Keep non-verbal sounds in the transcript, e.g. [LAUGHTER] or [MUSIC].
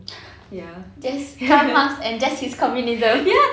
[LAUGHS] just karl marx and just his communism